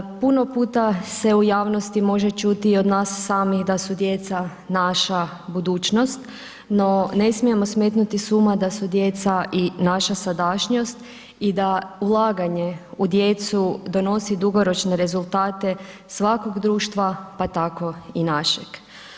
Puno puta se u javnosti može čuti od nas samih da su djeca naša budućnost, no ne smijemo smetnuti s uma, da su djeca i naša sadašnja i da ulaganje u djecu donosi dugoročne rezultat svakog društva, pa tako i našeg.